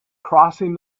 crossing